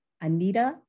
anita